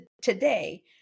today